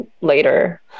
later